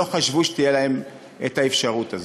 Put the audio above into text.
לא חשבו שתהיה להם האפשרות הזאת.